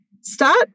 start